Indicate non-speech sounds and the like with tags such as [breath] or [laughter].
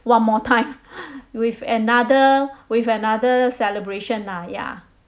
[laughs] one more time [breath] with another [breath] with another celebration ah ya